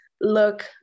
look